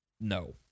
No